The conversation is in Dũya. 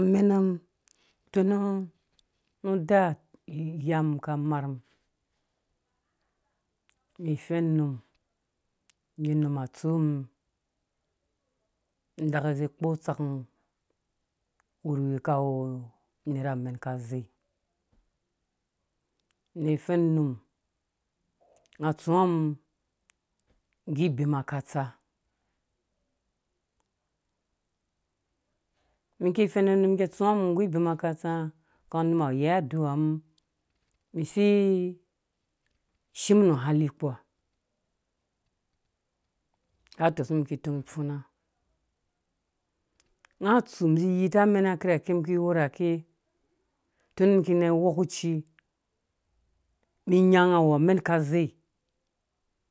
Amɛna mum tun nu da iya mum ka marh mum mi fɛnnum ngge num atsu mum daka zi kpo utsaka mum ka wu nerh amɛn ka zei ni fɛnnum nga atsũwã mum nggu bema ka tsa mum ki fɛnu num ngge atsũwã mum nggu bema ka tsa nga num a yei aduwamum misi ishim na hali kpuha har tseku mum ki funa nga atsu mi zĩ yita mɛna kikarhɛ tun mum ki na iwu ungwhɛ̃ kuci mi nya nga awu amɛn ka zei.